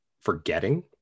forgetting